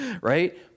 Right